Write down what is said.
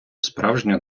справжня